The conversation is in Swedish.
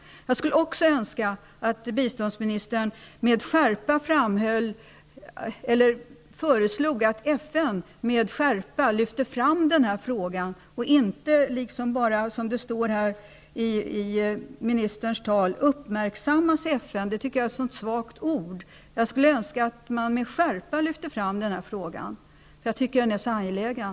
Jag önskar också att biståndministern skulle föreslå FN att den här frågan lyfts fram med skärpa och inte bara, som det står i ministerns svar, uppmärksammas i FN, därför att jag tycker att den är så angelägen.